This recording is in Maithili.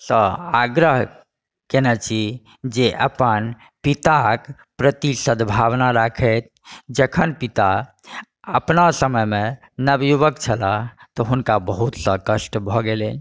सँ आग्रह केने छी जे अपन पिताके प्रति सद्भावना राखथि जखन पिता अपना समयमे नवयुवक छलाह तऽ हुनका बहुत कष्ट भऽ गेलै